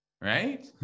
right